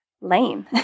lame